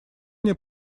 мне